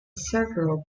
several